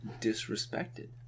disrespected